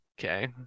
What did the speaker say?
Okay